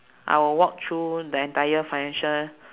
I will walk through the entire financial